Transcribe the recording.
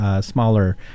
smaller